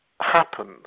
happen